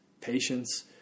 patience